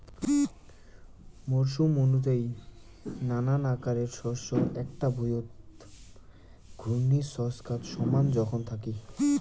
মরসুম অনুযায়ী নানান আকারের শস্য এ্যাকটা ভুঁইয়ত ঘূর্ণির ছচকাত সমান জোখন থাকি